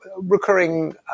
recurring